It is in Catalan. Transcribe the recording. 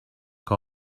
que